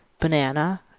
banana